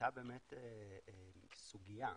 הייתה סוגיה,